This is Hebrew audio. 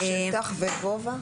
שטח וגובה?